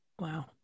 Wow